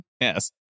Yes